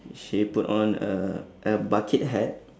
she put on a a bucket hat